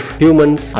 humans